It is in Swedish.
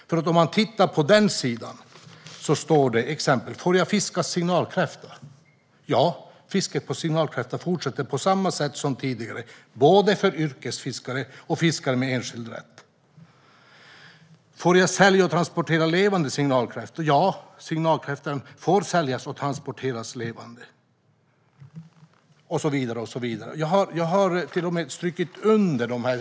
På Havs och vattenmyndighetens hemsida framgår följande: "Får jag fiska signalkräfta? Ja, fisket på signalkräfta fortsätter på samma sätt som tidigare både för yrkesfiskare och fiskare med enskild rätt." "Får jag sälja och transportera levande signalkräftor? Ja, signalkräftan får säljas och transporteras levande." Och så vidare och så vidare. Jag har strukit under dessa frågor och svar.